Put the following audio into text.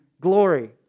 glory